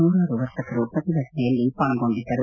ನೂರಾರು ವರ್ತಕರು ಪ್ರತಿಭಟನೆಯಲ್ಲಿ ಪಾಲ್ಗೊಂಡಿದ್ದರು